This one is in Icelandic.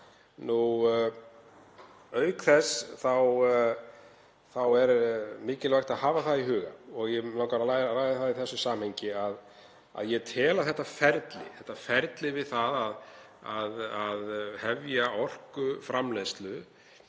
Auk þess er mikilvægt að hafa það í huga, og mig langar að ræða það í þessu samhengi, að ég tel að þetta ferli við það að hefja orkuframleiðslu